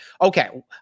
okay